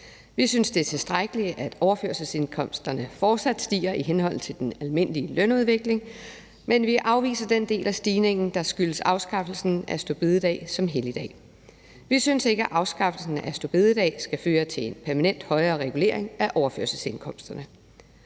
Vi synes, det er tilstrækkeligt, at overførselsindkomsterne fortsat stiger i henhold til den almindelige lønudvikling, men vi afviser den del af stigningen, der skyldes afskaffelsen af store bededag som helligdag. Vi synes ikke, at afskaffelsen af store bededag skal føre til en permanent højere regulering af overførselsindkomsterne.